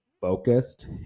focused